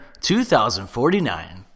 2049